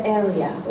area